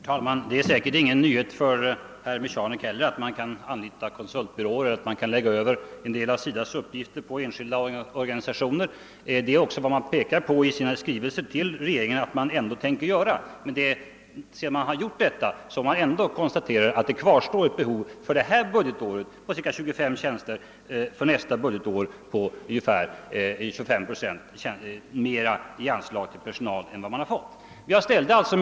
Herr talman! Det är säkert ingen nyhet för herr Michanek att han kan anlita konsultbyråer och lägga över en del av SIDA:s uppgifter på enskilda organisationer. Det är också vad man pekar på i'sina skrivelser till regeringen att man tänker göra. Men sedan man gjort detta kvarstår ändå ett behov av 25 tjänster för innevarande budgetår och ungefär 25 procent mera i anslag till personal än vad man har fått för nästa budgetår.